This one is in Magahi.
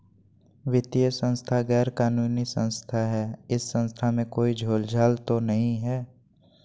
वित्तीय संस्था गैर कानूनी संस्था है इस संस्था में कोई झोलझाल तो नहीं है?